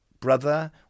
brother